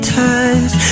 times